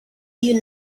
you